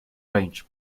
range